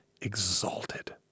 exalted